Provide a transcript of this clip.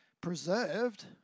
preserved